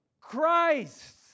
Christ